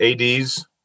ads